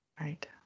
Right